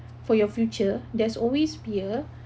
for your future there's always be a